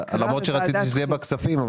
למרות שרציתי שזה יהיה בכספים,